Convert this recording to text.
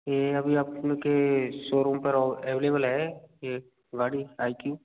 ये अभी अपन के शोरूम पर अव एवलेबल है ये गाड़ी आई क्यू